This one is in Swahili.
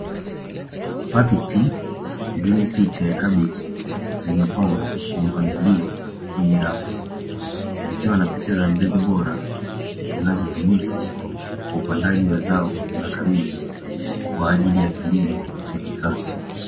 Pakiti zenye picha ya kabichi zimepangwa kwa mpangilio kwenye rafu, zikiwa na picha za mbegu bora zinazotumika kwa upandaji wa zao la kabichi kwa ajili ya kilimo cha kisasa.